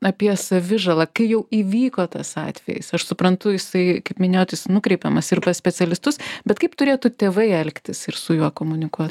apie savižalą kai jau įvyko tas atvejis aš suprantu jisai kaip minėjot jis nukreipiamas ir pas specialistus bet kaip turėtų tėvai elgtis ir su juo komunikuot